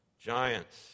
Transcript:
Giants